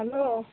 hello